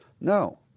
No